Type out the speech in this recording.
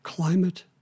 Climate